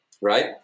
Right